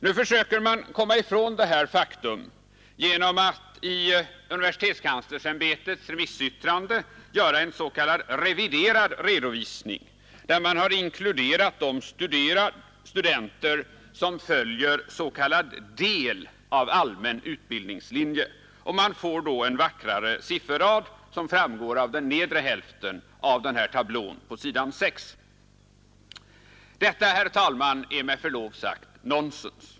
Nu försöker man komma ifrån detta faktum genom att i universitetskanslersämbetets remissyttrande göra en s.k. ”reviderad redovisning”, där man har inkluderat de studenter som följer ”del av allmän utbildningslinje”, och man får då en vackrare sifferrad, som framgår av den nedre hälften av tablån på s. 6. Detta, herr talman, är med förlov sagt nonsens.